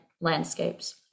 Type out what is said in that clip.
landscapes